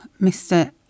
Mr